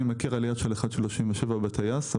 אני מכיר עליה של 1.37% בטייס,